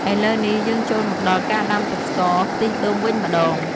ឥឡូវនេះ យើងចូលមកដល់ការដាំទឹកស្ករខ្ទិះដូងវិញម្ដង។